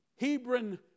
Hebron